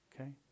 Okay